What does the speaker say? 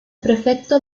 prefecto